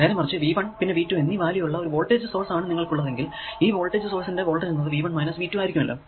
നേരെ മറിച്ചു V1 പിന്നെ V2 എന്നീ വാല്യൂ ഉള്ള ഒരു വോൾടേജ് സോഴ്സ് ആണ് നിങ്ങൾക്കുള്ളതെങ്കിൽ ഈ വോൾടേജ് സോഴ്സ് ന്റെ വോൾടേജ് എന്നത് V1 മൈനസ് V2 ആയിരിക്കുമല്ലോ